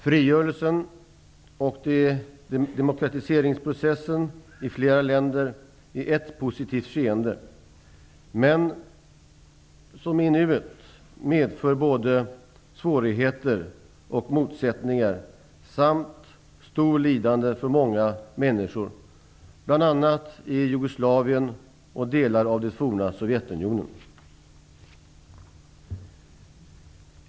Frigörelsen och demokratiseringsprocessen i flera länder är ett positivt skeende, som dock i nuet medför både svårigheter och motsättningar samt stort lidande för många människor, bl.a. i Jugoslavien och delar av det forna Sovjetunionen.